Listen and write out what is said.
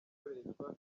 gukoreshwa